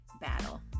battle